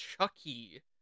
Chucky